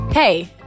Hey